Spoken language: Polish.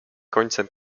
końcem